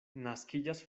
naskiĝas